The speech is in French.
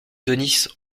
denys